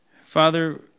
Father